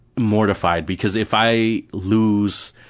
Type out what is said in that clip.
mortified because if i lose.